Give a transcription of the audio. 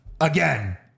again